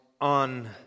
on